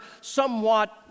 somewhat